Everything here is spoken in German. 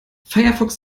firefox